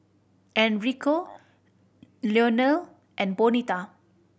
Enrico Leonel and Bonita